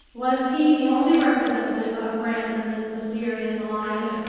was he the only representative of france in this mysterious alliance,